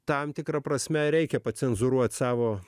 tam tikra prasme reikia cenzūruoti savo